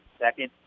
second